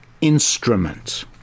instrument